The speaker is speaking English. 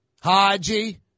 haji